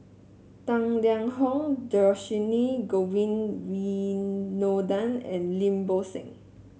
Tang Liang Hong Dhershini Govin Winodan and Lim Bo Seng